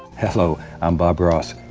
hello, i'm bob ross.